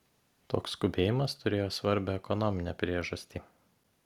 toks skubėjimas turėjo svarbią ekonominę priežastį